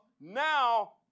now